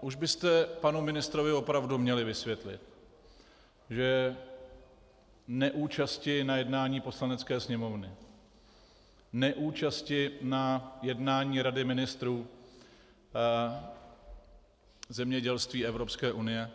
Už byste panu ministrovi opravdu měli vysvětlit, že neúčasti na jednání Poslanecké sněmovny, neúčasti na jednání Rady ministrů zemědělství Evropské unie